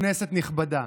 כנסת נכבדה,